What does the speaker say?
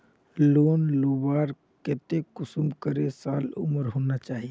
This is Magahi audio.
लोन लुबार केते कुंसम करे साल उमर होना चही?